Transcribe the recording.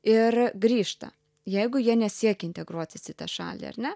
ir grįžta jeigu jie nesiekia integruotis į tą šalį ar ne